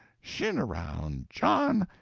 shin around, john,